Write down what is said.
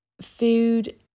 food